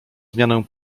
zmianę